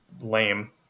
lame